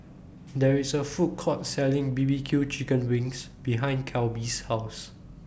There IS A Food Court Selling B B Q Chicken Wings behind Kelby's House